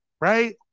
right